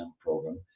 program